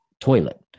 toilet